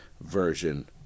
version